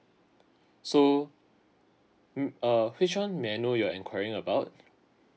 so mm uh which one may I know you are inquiring about